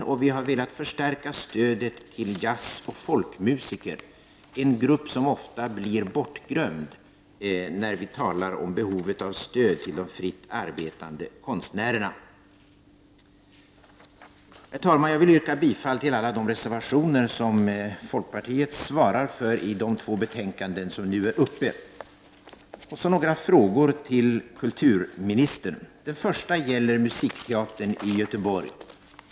Vi i folkpartiet har också velat förstärka stödet till jazzoch folkmusiker, en grupp som ofta blir bortglömd när vi talar om behovet av stöd till de fritt arbetande konstnärerna. Jag yrkar bifall till alla de reservationer som folkpartiet svarar för i de två betänkanden som nu är uppe till debatt. Jag vill ställa några frågor till kulturministern. Den första frågan gäller en ny musikteater i Göteborg.